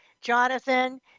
Jonathan